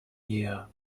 year